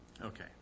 Okay